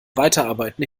weiterarbeiten